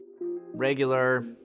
regular